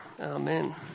amen